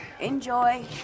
Enjoy